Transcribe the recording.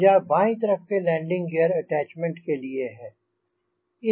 यह बायीं तरफ़ के लैंडिंग ग़ीयर अटैच्मेंट के लिए